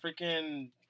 freaking